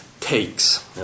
takes